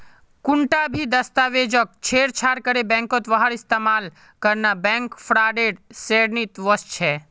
कुंटा भी दस्तावेजक छेड़छाड़ करे बैंकत वहार इस्तेमाल करना बैंक फ्रॉडेर श्रेणीत वस्छे